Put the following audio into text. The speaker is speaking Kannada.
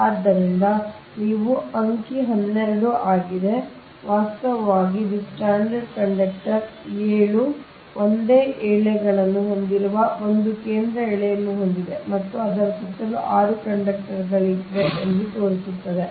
ಆದ್ದರಿಂದ ಇದು ಅಂಕಿ 12 ಆಗಿದೆ ವಾಸ್ತವವಾಗಿ ಇದು ಸ್ಟ್ರಾಂಡೆಡ್ ಕಂಡಕ್ಟರ್ 7 ಒಂದೇ ಎಳೆಗಳನ್ನು ಹೊಂದಿರುವ ಒಂದು ಕೇಂದ್ರ ಎಳೆಯನ್ನು ಹೊಂದಿದೆ ಮತ್ತು ಅದರ ಸುತ್ತಲೂ 6 ಕಂಡಕ್ಟರ್ ಗಳಿವೆ ಎಂದು ತೋರಿಸುತ್ತದೆ